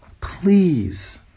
please